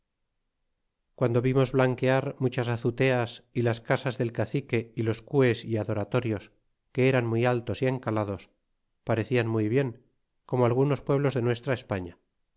guando vimos blanquear muchas azuteas y las casas de cacique y los cues y adoratorios que eran muy altos y encalados parecian muy bien como algunos pueblos de nuestra españa